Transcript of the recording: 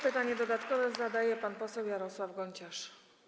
Pytanie dodatkowe zadaje pan poseł Jarosław Gonciarz.